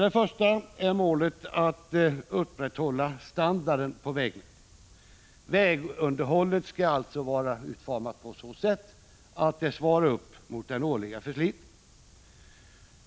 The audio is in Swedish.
Det första målet är att upprätthålla standarden på vägarna. Vägunderhållet skall alltså vara utformat på så sätt att det svarar mot den årliga förslitningen.